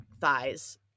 thighs